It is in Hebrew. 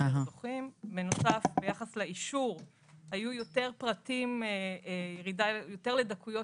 בנוסף ביחס לאישור התה יותר ירידה לדקויות